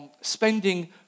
spending